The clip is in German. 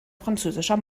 französischer